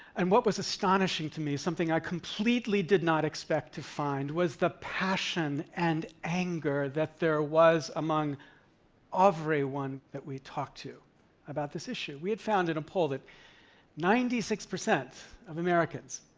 and what was astonishing to me, something i completely did not expect to find, was the passion and anger that there was among everyone that we talked to about this issue. we had found in a poll that ninety six percent of americans